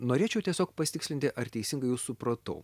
norėčiau tiesiog pasitikslinti ar teisingai jus supratau